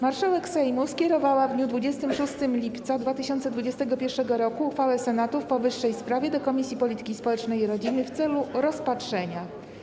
Marszałek Sejmu skierowała w dniu 26 lipca 2021 r. uchwałę Senatu w powyższej sprawie do Komisji Polityki Społecznej i Rodziny w celu rozpatrzenia.